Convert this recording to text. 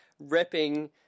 repping